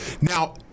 Now